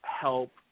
help